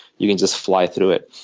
you can just fly through it.